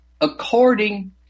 according